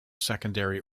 secondary